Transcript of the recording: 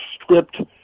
script